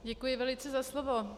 Děkuji velice za slovo.